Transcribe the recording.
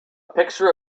picture